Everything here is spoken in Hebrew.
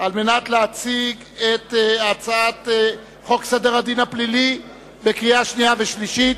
להציג את הצעת חוק סדר הדין הפלילי (סמכויות אכיפה,